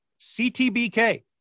CTBK